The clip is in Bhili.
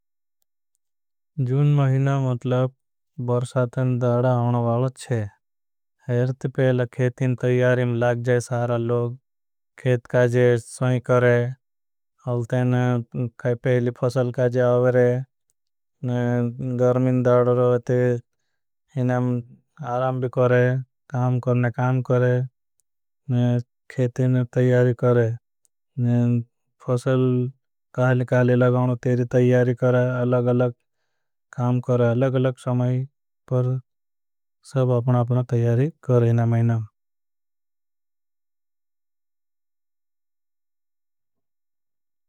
जून महीना मतलब बर्सातें दाड़ा आनु बालच्छे। ती पहला खेटिन तईयारी में लाग जाए सारा लोग। खेत काजे समय करें तहोय ते। न काई पहली फॉसल काजे आवरें दाड़ा रोयते। इनं आराम भी करें करने काम करें खेती ना। तईयारी करें काली काली। लगाओन तेरी तईयारी करें अलग काम करें। अलग समय पर सब अपना। अपना तईयारी करें।